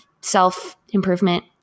self-improvement